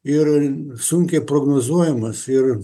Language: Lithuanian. ir sunkiai prognozuojamas ir